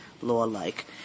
law-like